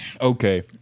okay